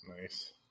Nice